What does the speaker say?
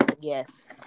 Yes